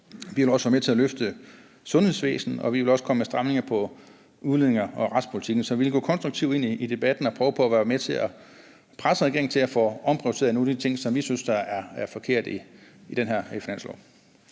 Vi vil også være med til at løfte sundhedsvæsenet, og vi vil også komme med stramninger på udlændinge- og retspolitikken. Så vi vil gå konstruktivt ind i debatten og prøve på at være med til at presse regeringen til at få omprioriteret nogle af de ting, som vi synes er forkerte i det her finanslovsforslag.